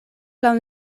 laŭ